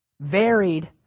varied